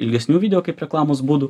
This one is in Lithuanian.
ilgesnių video kaip reklamos būdų